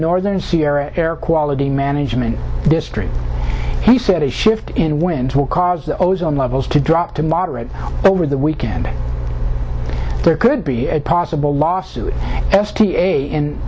northern sierra air quality management district he said a shift in wind will cause the ozone levels to drop to moderate over the weekend there could be a possible lawsuit